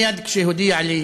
מייד כשהוא הודיע לי,